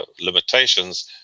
limitations